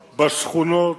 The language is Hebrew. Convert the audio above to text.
בשכונות,